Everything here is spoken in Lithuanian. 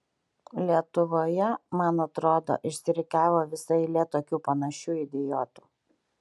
lietuvoje man atrodo išsirikiavo visa eilė tokių panašių idiotų